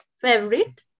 favorite